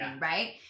right